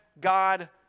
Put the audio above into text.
God